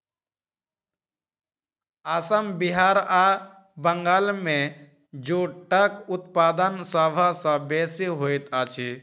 असम बिहार आ बंगाल मे जूटक उत्पादन सभ सॅ बेसी होइत अछि